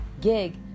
gig